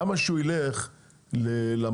למה שהוא ילך למרלו"ג,